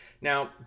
Now